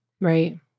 right